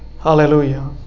Hallelujah